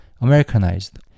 Americanized